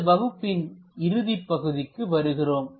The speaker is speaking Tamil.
இந்த வகுப்பின் இறுதிப் பகுதிக்கு வருகிறோம்